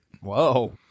whoa